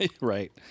Right